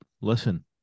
Listen